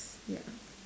ya